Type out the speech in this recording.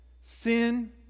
Sin